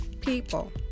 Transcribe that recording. people